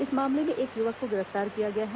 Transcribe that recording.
इस मामले में एक युवक को गिरफ्तार किया है